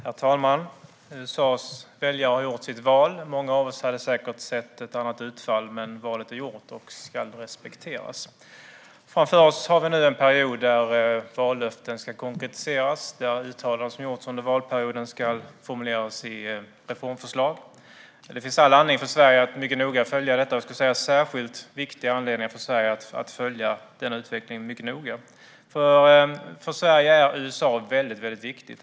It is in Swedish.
Herr talman! USA:s väljare har gjort sitt val. Många av oss hade säkert velat se ett annat utfall, men valet är gjort och ska respekteras. Framför oss har vi en period då vallöften ska konkretiseras och uttalanden som gjorts under valperioden formuleras i reformförslag. Det är särskilt viktigt för Sverige att följa denna utveckling noga, för USA är mycket viktigt för Sverige.